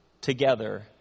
together